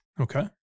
Okay